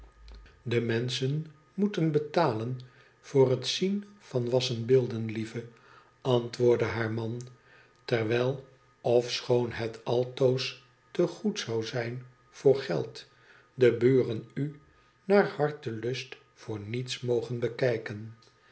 de menschen moeten betalen voor het zien van wassen beelden lie e antwoordde haar man terwijl ofechoon het altoos te goed zon zijn voor het geld de buren u naar hartelust voor niets mogen bekijken